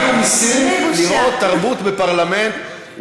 הגיעו מסין לראות תרבות בפרלמנט.